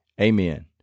Amen